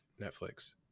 Netflix